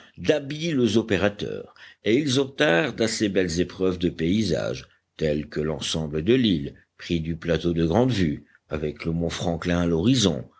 d'habiles opérateurs et ils obtinrent d'assez belles épreuves de paysages tels que l'ensemble de l'île pris du plateau de grande vue avec le mont franklin à l'horizon